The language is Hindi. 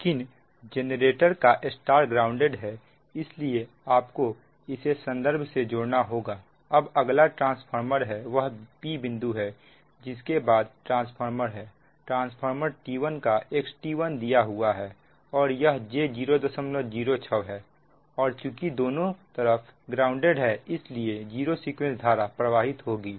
लेकिन जेनरेटर का Y ग्राउंडेड है इसलिए आपको इसे संदर्भ से जोड़ना होगा अब अगला ट्रांसफार्मर है वह p बिंदु है जिसके बाद ट्रांसफार्मर है ट्रांसफार्मर T1 का XT1 दिया हुआ है और यह j 006 है और चुकी दोनों तरफ ग्राउंडेड है इसलिए जीरो सीक्वेंस धारा प्रवाहित होगी